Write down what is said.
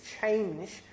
change